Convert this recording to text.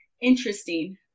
interesting